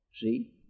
See